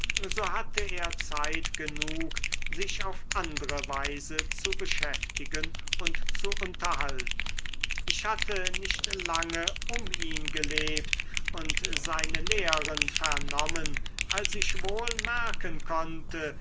so hatte er zeit genug sich auf andre weise zu beschäftigen und zu unterhalten ich hatte nicht lange um ihn gelebt und seine lehren vernommen als ich wohl merken konnte